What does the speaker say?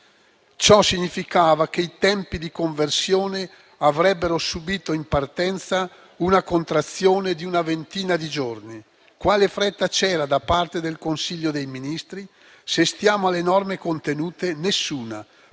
Ciò significava che i tempi di conversione avrebbero subìto in partenza una contrazione di una ventina di giorni. Quale fretta c'era da parte del Consiglio dei ministri? Se stiamo alle norme contenute, nessuna.